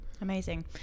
Amazing